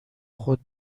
خود